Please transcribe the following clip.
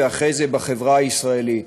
ואחרי זה בחברה הישראלית.